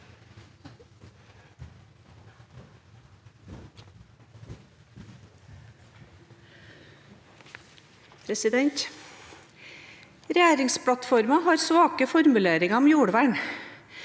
Regjeringsplattformen har svake formuleringer om jordvern.